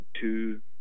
two